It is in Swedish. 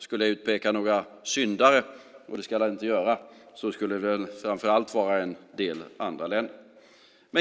Ska jag utpeka några syndare - det ska jag inte göra - skulle det vara en del andra länder.